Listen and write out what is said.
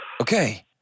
Okay